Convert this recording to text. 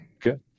good